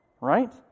right